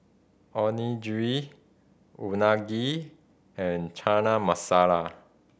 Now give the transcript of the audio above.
Onigiri Unagi and Chana Masala